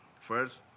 First